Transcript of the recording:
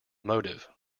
motive